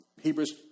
Hebrews